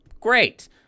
great